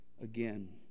again